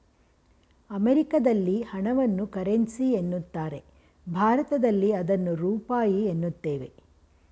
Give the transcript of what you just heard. ಅಮೆರಿಕದಲ್ಲಿ ಹಣವನ್ನು ಕರೆನ್ಸಿ ಎನ್ನುತ್ತಾರೆ ಭಾರತದಲ್ಲಿ ಅದನ್ನು ರೂಪಾಯಿ ಎನ್ನುತ್ತೇವೆ